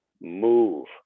move